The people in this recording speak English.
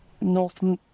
North